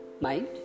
mind